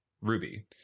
ruby